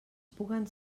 puguen